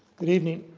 good evening.